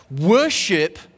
Worship